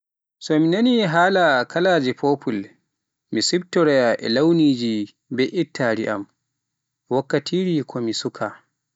So mi nani haala kaalaje popul, mi siftoraya e launiji mbe'ittari am, wakkati ko suka.